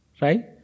Right